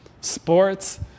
sports